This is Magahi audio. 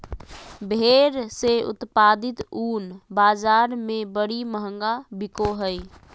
भेड़ से उत्पादित ऊन बाज़ार में बड़ी महंगा बिको हइ